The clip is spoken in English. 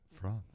France